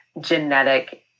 genetic